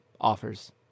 offers